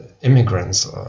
immigrants